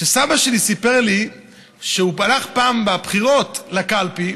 שסבא שלי סיפר לי שהוא הלך פעם לבחירות בקלפי